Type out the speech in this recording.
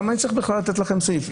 למה אני בכלל צריך לתת לכם סעיף.